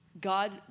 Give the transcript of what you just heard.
God